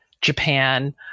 Japan